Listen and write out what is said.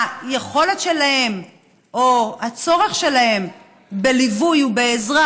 היכולת שלהם או הצורך שלהם בליווי ובעזרה